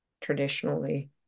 traditionally